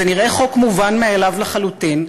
זה נראה חוק מובן מאליו לחלוטין,